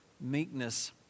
meekness